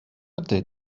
ydy